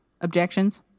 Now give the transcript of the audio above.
Objections